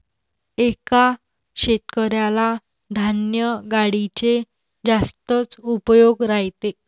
एका शेतकऱ्याला धान्य गाडीचे जास्तच उपयोग राहते